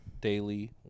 Daily